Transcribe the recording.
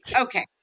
Okay